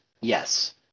yes